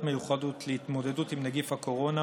מיוחדות להתמודדות עם נגיף הקורונה